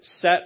set